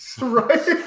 Right